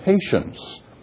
patience